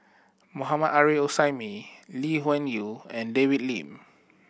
Mohammad Arif Suhaimi Lee Wung Yew and David Lim